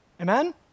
Amen